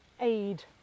aid